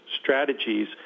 strategies